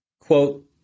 quote